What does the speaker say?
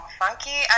funky